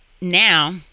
Now